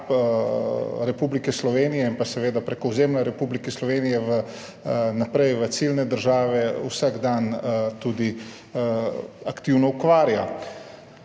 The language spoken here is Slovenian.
Republike Slovenije in seveda preko ozemlja Republike Slovenije naprej v ciljne države vsak dan aktivno ukvarja.